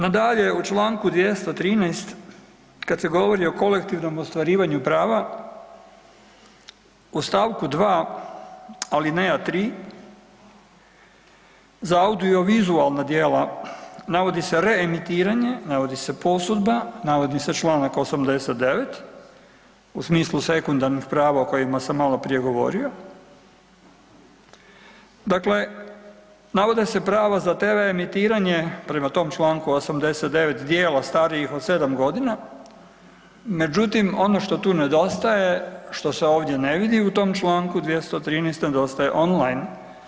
Nadalje u čl. 213. kad se govori o kolektivnom ostvarivanju prava, u stavku 2. alineja 3., za audiovizualna djela navodi se reemitiranje, navodi se posudba, navodi se čl. 89. u smislu sekundarnih prava o kojima sam maloprije govorio, dakle navode se prava za TV emitiranje prema tom čl. 89. djelo starije od 7 g., međutim ono što tu nedostaje, što se ovdje ne vidi u tom čl. 213., nedostaje online.